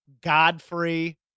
Godfrey